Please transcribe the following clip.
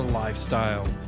lifestyle